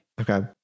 okay